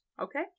Okay